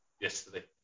yesterday